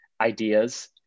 ideas